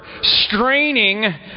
straining